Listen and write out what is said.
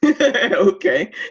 Okay